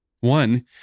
One